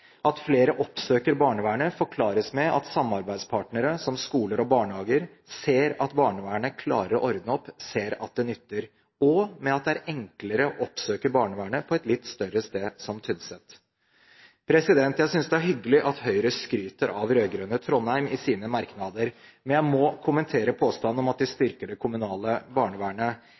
At flere oppsøker barnevernet, forklares med at samarbeidspartnere, som skoler og barnehager, ser at barnevernet klarer å ordne opp, ser at det nytter, og at det er enklere å oppsøke barnevernet på et litt større sted, som Tynset. Jeg synes det er hyggelig at Høyre skryter av rød-grønne Trondheim i sine merknader, men jeg må kommentere påstanden om at de styrker det kommunale barnevernet.